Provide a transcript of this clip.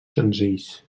senzills